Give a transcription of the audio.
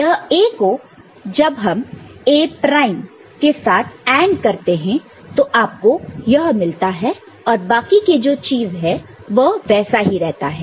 यह A को जब हम A प्राइम के साथ AND करते हैं तो आपको यह मिलता है और बाकी के जो चीज है वह वैसा ही रहता है